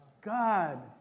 God